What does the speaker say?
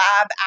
lab